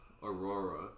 Aurora